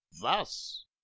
thus